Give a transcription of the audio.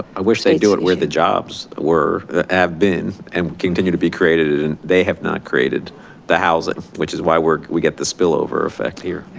i wish they'd do it where the jobs were have been, and will continue to be created. and they have not created the housing, which is why we're we get the spillover effect here.